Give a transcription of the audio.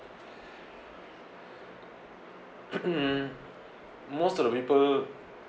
most of the people